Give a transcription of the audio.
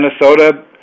Minnesota